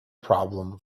problem